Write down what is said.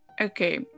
Okay